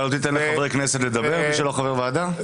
אתה לא תיתן לחברי כנסת שלא חברים בוועדה לדבר?